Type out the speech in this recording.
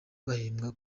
bahembwa